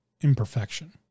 imperfection